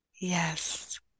Yes